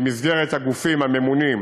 במסגרת הגופים הממונים,